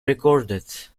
recorded